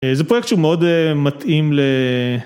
זה פרויקט שהוא מאוד מתאים ל...